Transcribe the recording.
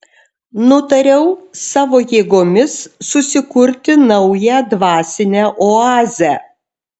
nutariau savo jėgomis susikurti naują dvasinę oazę